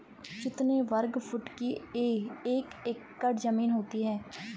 कितने वर्ग फुट की एक एकड़ ज़मीन होती है?